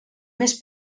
més